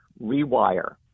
rewire